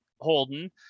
Holden